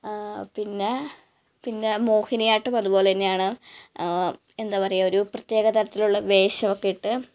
പിന്നെ പിന്നെ മോഹിനിയാട്ടം അതുപോല തന്നെയാണ് എന്താ പറയുക ഒരു പ്രത്യേക തരത്തിലുള്ള വേഷമൊക്കെ ഇട്ട്